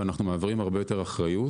ואנחנו מעבירים הרבה יותר אחריות